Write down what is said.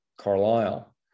Carlisle